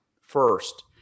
First